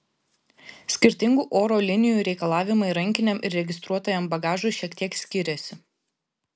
skirtingų oro linijų reikalavimai rankiniam ir registruotajam bagažui šiek tiek skiriasi